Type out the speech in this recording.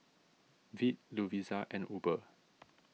Veet Lovisa and Uber